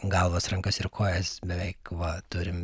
galvas rankas ir kojas beveik va turim